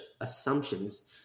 assumptions